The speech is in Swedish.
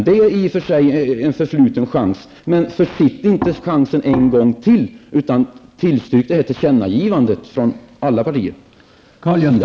Det är i och för sig en förfluten chans, men försitt inte chansen en gång till utan tillstyrk nu från alla partier vårt yrkande om tillkännagivande!